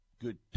good